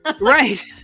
right